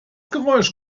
geräusch